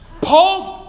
Paul's